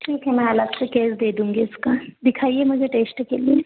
ठीक है मैं अलग से कैश दे दूँगी इसका दिखाइए मुझे टेस्ट के लिए